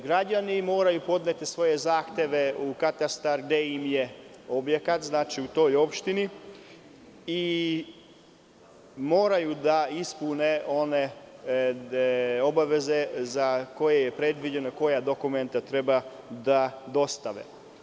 Građani moraju podneti svoje zahteve u katastar gde im je objekat u toj opštini i moraju da ispune one obaveze za koje je predviđeno koja dokumenta treba da dostave.